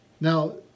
Now